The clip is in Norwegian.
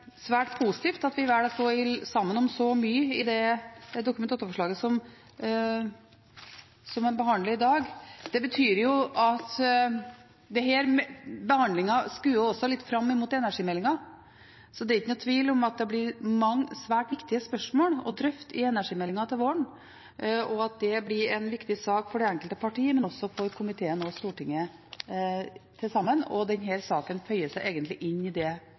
svært positivt at vi velger å stå sammen om så mye i det Dokument 8-forslaget som vi behandler i dag. Denne behandlingen skuer også litt fram mot energimeldingen. Det er ikke noen tvil om at det blir mange svært viktige spørsmål å drøfte i energimeldingen til våren, og at det blir en viktig sak for de enkelte partier, men også for komiteen og Stortinget. Denne saken føyer seg egentlig inn i det